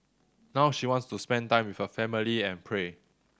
now she wants to spend time with her family and pray